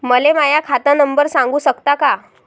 मले माह्या खात नंबर सांगु सकता का?